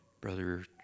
Brother